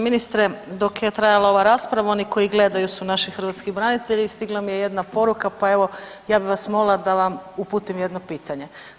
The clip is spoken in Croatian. Uvaženi ministre, dok je trajala ova rasprava, oni koji gledaju su naši hrvatski branitelji i stigla mi je jedna poruka pa evo, ja bi vas molila da vam uputim jedno pitanje.